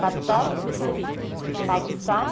Qatar Pakistan